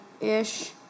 ish